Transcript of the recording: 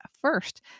first